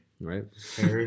Right